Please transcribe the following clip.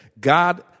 God